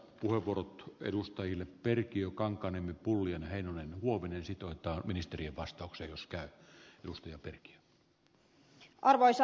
luvut edustajille perkiökankaan emmi pullien heinonen huovinen sijoittaa arvoisa herra puhemies